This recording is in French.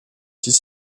six